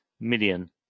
million